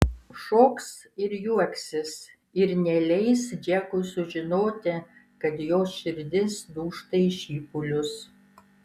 šoks ir juoksis ir neleis džekui sužinoti kad jos širdis dūžta į šipulius